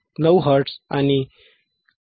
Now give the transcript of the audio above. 9 hertz आणि 1